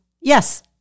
Yes